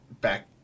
back